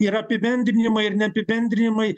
ir apibendrinimai ir ne apibendrinimai